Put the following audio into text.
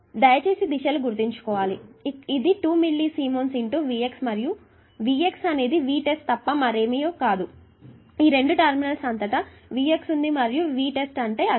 దయచేసి దిశలు లు గుర్తుంచుకోండి ఇది 2 మిల్లీ సిమెన్స్ V x మరియు V x అనేది V test తప్ప మరేమీ కాదు ఎందుకంటే ఈరెండు టెర్మినల్స్ అంతటా Vx ఉంది మరియు Vtest అంటే అదే